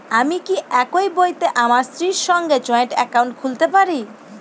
আমি কি একই বইতে আমার স্ত্রীর সঙ্গে জয়েন্ট একাউন্ট করতে পারি?